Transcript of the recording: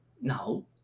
no